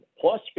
plus